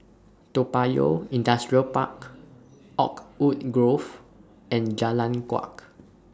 Toa Payoh Industrial Park Oakwood Grove and Jalan Kuak